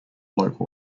local